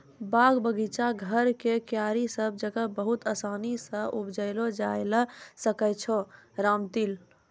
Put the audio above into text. बाग, बगीचा, घर के क्यारी सब जगह बहुत आसानी सॅ उपजैलो जाय ल सकै छो रामतिल